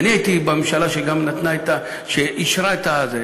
אני הייתי בממשלה שגם אישרה את זה,